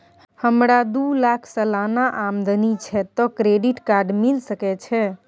हमरा दू लाख सालाना आमदनी छै त क्रेडिट कार्ड मिल सके छै?